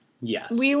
Yes